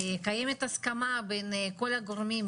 קיימת הסכמה בין כל הגורמים,